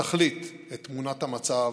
בתכלית את תמונת המצב